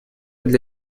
для